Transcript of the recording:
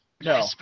No